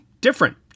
different